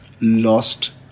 lost